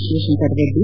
Shivashankar Reddy